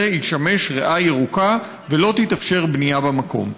ישמש ריאה ירוקה ולא תתאפשר בנייה במקום.